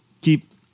keep